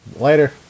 Later